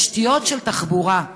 תשתיות של תחבורה.